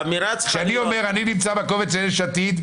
כשאני אומר: אני נמצא בקובץ של יש עתיד,